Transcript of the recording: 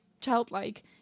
childlike